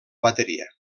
bateria